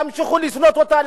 ימשיכו לשנוא אותה,